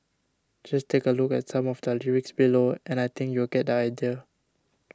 just take a look at some of the lyrics below and I think you'll get idea